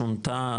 שונתה,